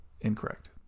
Incorrect